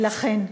ולכן,